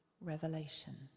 revelation